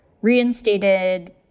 reinstated